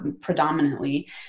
predominantly